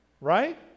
right